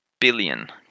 billion